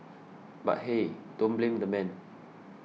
but hey don't blame the man